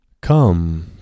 Come